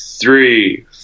three